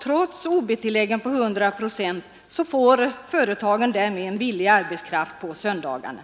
Trots OB-tillägg på 100 procent får företagen därmed en billig arbetskraft på söndagarna.